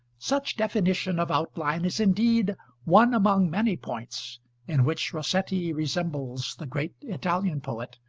such definition of outline is indeed one among many points in which rossetti resembles the great italian poet,